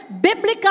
biblical